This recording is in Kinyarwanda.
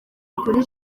kuri